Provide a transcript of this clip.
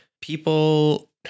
people